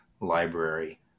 library